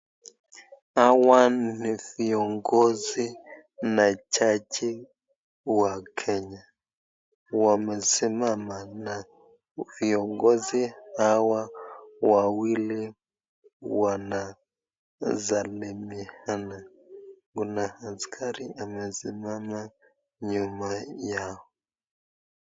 Hawa ni viongozi na jaji wa Kenya, wamesimama na viongozi hawa wawili wanasalimiana, kuna askari anasimama nhuma yao.